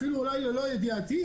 אולי אפילו לא בידיעתי,